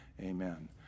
Amen